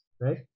right